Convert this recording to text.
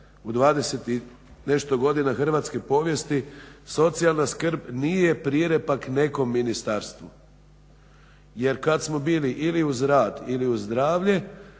u 20 i nešto godina hrvatske povijesti socijalna skrb nije prirepak nekom ministarstvu jer kada smo bili ili uz rad ili uz zdravlje